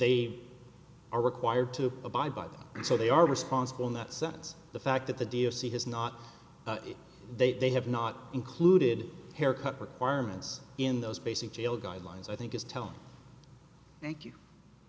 they are required to abide by them so they are responsible in that sense the fact that the d n c has not they they have not included haircut requirements in those basic jail guidelines i think is telling thank you thank